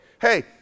Hey